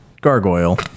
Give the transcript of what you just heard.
gargoyle